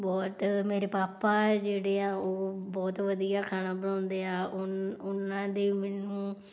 ਬਹੁਤ ਮੇਰੇ ਪਾਪਾ ਜਿਹੜੇ ਆ ਉਹ ਬਹੁਤ ਵਧੀਆ ਖਾਣਾ ਬਣਾਉਂਦੇ ਆ ਉਨ ਉਨ੍ਹਾਂ ਦੀ ਮੈਨੂੰ